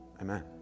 Amen